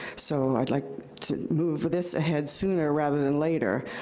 so i'd like to move this ahead sooner, rather than later.